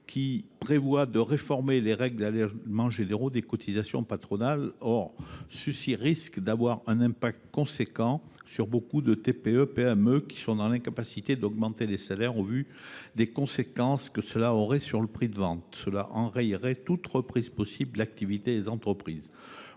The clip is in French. ci prévoit de réformer les règles d’allégements généraux de cotisations patronales, ce qui risque d’avoir un impact important sur beaucoup de TPE PME, qui sont dans l’incapacité d’augmenter les salaires au vu des conséquences qu’aurait une telle augmentation sur les prix de vente. Cela enrayerait toute reprise possible de l’activité des entreprises.